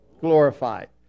glorified